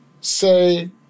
say